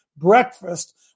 breakfast